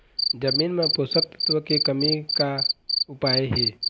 जमीन म पोषकतत्व के कमी का उपाय हे?